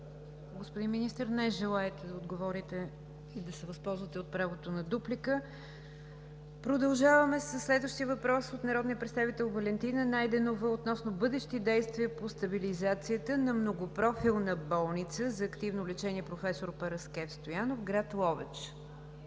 Господин Министър, не желаете да се възползвате от правото на дуплика. Продължаваме със следващия въпрос от народния представител Валентина Найденова относно бъдещи действия по стабилизацията на Многопрофилна болница за активно лечение „Професор Параскев Стоянов“ АД – град Ловеч.